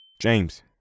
James